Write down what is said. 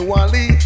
Wally